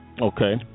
Okay